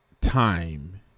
time